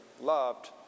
loved